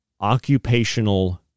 occupational